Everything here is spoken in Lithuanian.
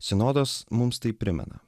sinodas mums tai primena